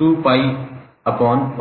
𝑉𝑚𝑠𝑖𝑛𝜔𝑡2𝜋𝜔